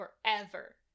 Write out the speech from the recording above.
Forever